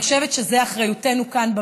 אני חושבת שזאת אחריותנו כאן,